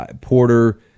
Porter